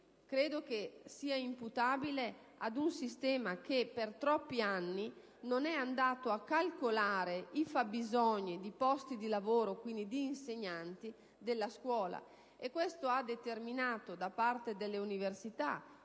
bensì è imputabile, credo, ad un sistema che, per troppi anni, non ha calcolato i fabbisogni di posti di lavoro (quindi di insegnanti) della scuola. Questo ha determinato da parte delle università,